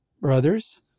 brothers